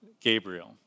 Gabriel